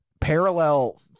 parallel